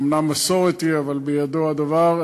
אומנם מסורת היא, אבל בידו הדבר.